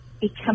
become